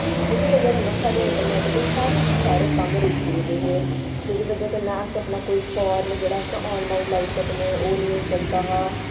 जेह्दी ब'जा कन्नै साढ़े इंटरनैट्ट दे सारे दे सारे कम्म रुकी गेदे हे जेह्दी ब'जा कन्नै अस अपना कोई फार्म जेह्ड़ा आनलाइन लाई सकनें ओह् नेईं होई सकदा हा